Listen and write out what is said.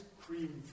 cream